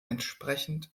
entsprechend